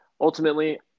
ultimately